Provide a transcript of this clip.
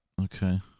Okay